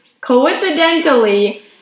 coincidentally